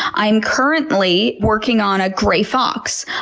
i'm currently working on a gray fox.